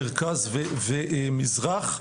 מרכז ומזרח,